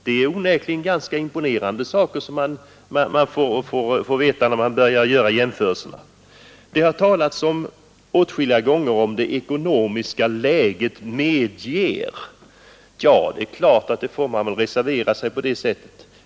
Det är onekligen imponerande summor vi får veta när vi — lingsbiståndet börjar jämföra! Man har åtskilliga gånger använt uttrycket ”om det ekonomiska läget medger”. Ja, man måste väl reservera sig på det sättet.